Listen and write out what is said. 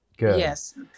Yes